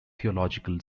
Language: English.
theological